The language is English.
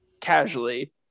casually